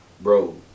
Bro